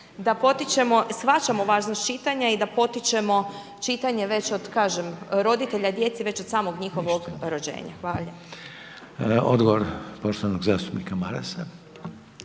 da potičemo, shvaćamo važnost čitanja i da potičemo čitanje već od, kažem, roditelja, djece već od samog njihovog rođenja. **Reiner, Željko (HDZ)** Odgovor poštovanog zastupnika Marasa.